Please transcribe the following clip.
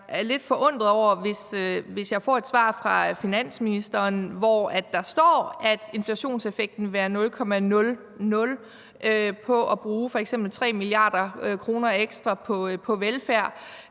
jeg er lidt forundret over, at jeg får et svar fra finansministeren, hvor der står, at inflationseffekten vil være 0,00 ved at bruge f.eks. 3 mia. kr. ekstra på velfærd,